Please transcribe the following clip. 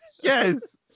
Yes